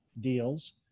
deals